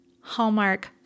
Hallmark